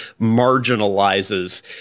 marginalizes